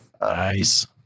nice